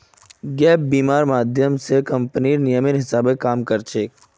gap बीमा र माध्यम स कम्पनीर नियमेर हिसा ब काम कर छेक